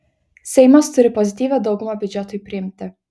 seimas turi pozityvią daugumą biudžetui priimti